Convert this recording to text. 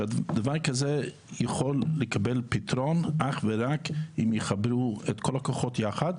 שבזמן כזה יכול לקבל פתרון אך ורק אם יחברו את כל הכוחות יחד,